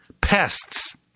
pests